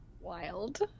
wild